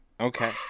okay